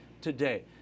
today